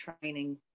training